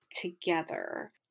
together